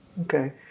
Okay